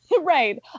Right